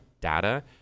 data